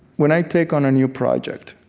when i take on a new project,